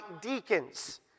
deacons